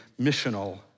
missional